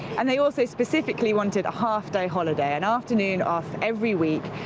and they also specifically wanted a half-day holiday, an afternoon off every week,